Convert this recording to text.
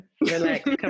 Relax